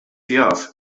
jaf